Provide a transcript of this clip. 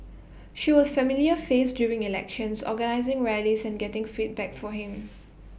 she was familiar face during elections organising rallies and getting feedback for him